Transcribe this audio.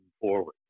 forward